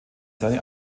seine